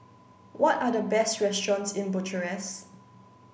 what are the best restaurants in Bucharest